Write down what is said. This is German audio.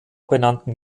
benannten